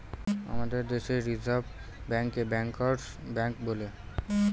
আমাদের দেশে রিসার্ভ ব্যাঙ্কে ব্যাঙ্কার্স ব্যাঙ্ক বলে